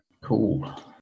cool